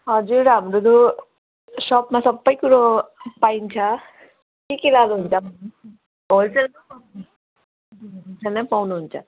हजुर हाम्रो यो सपमा सबै कुरो पाइन्छ के के लानुहुन्छ होलसेलमा होलसेलमा पाउनुहुन्छ